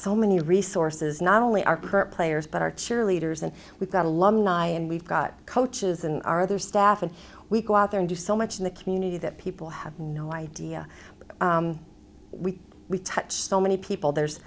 so many resources not only our current players but our cheerleaders and we've got a lot and we've got coaches and our other staff and we go out there and do so much in the community that people have no idea we touch so many people there's